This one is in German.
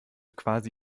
quasi